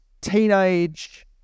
teenage